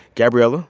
gabrielle?